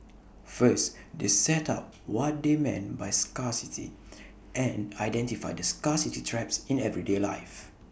first they set out what they mean by scarcity and identify the scarcity traps in everyday life